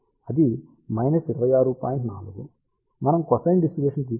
4 మనం cosine distribution తీసుకుంటే 23